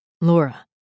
Laura